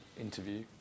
interview